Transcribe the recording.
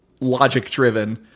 logic-driven